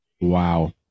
Wow